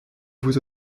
vous